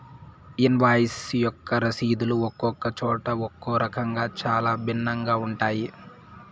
invoice యొక్క రసీదులు ఒక్కొక్క చోట ఒక్కో రకంగా చాలా భిన్నంగా ఉంటాయి